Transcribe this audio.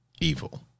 evil